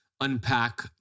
unpack